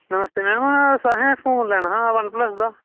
नमस्ते madam असें phone लैना हा वन प्लस दा